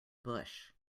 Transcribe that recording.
bush